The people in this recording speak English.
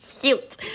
cute